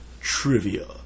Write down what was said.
trivia